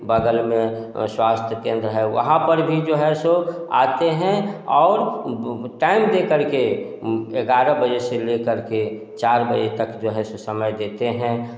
बगल में स्वास्थ्य केंद्र है वहाँ पर भी जो है सो आते हैं और वो वो टाइम दे करके ग्यारह बजे से लेकर के चार बजे तक जो है सो समय देते हैं